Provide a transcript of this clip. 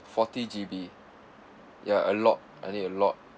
forty G_B ya a lot I need a lot